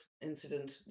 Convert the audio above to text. incident